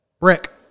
Rick